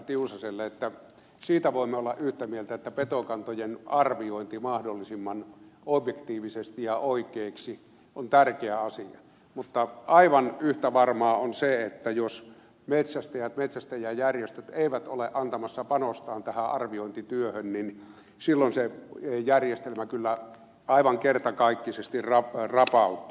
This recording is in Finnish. tiusaselle että siitä voimme olla yhtä mieltä että petokantojen arviointi mahdollisimman objektiivisesti ja oikeiksi on tärkeä asia mutta aivan yhtä varmaa on se että jos metsästäjät ja metsästäjäjärjestöt eivät ole antamassa panostaan tähän arviointityöhön niin silloin se järjestelmä kyllä aivan kertakaikkisesti rapautuu